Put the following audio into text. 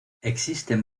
existen